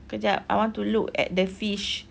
kejap I want to look at the fish